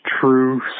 true